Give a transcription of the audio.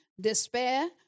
despair